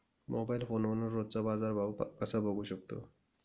Mobile फोनवरून रोजचा बाजारभाव कसा बघू शकतो?